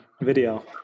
video